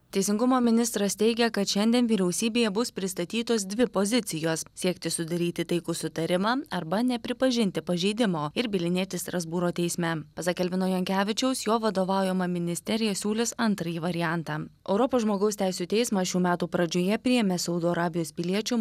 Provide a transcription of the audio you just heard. teisingumo ministras teigia kad šiandien vyriausybėje bus pristatytos dvi pozicijos siekti sudaryti taikų sutarimą arba nepripažinti pažeidimo ir bylinėtis strasbūro teisme pasak elvino jankevičiaus jo vadovaujama ministerija siūlys antrąjį variantą europos žmogaus teisių teismas šių metų pradžioje priėmė saudo arabijos piliečio